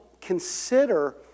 consider